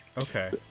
Okay